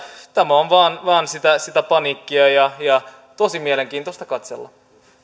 tämä on vain sitä paniikkia ja ja tosi mielenkiintoista katsella